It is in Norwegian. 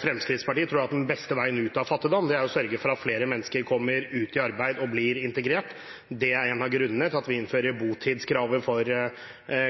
Fremskrittspartiet tror at den beste veien ut av fattigdom er å sørge for at flere mennesker kommer ut i arbeid og blir integrert. Det er en av grunnene til at vi innfører botidskravet på fem år for